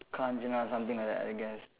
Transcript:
Kanchana or something like that I guess